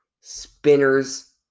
Spinner's